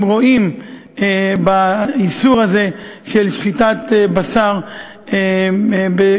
רואים באיסור הזה של שחיטת בשר בדנמרק,